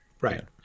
Right